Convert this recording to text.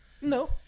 No